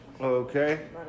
Okay